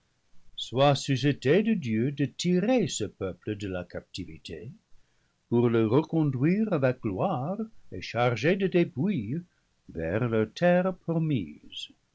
soient suscités de dieu pour tirer ce peuple de la captivité pour le reconduire avec gloire et chargé de dépouilles vers leur terre promise